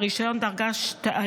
רישיון דרגה 2,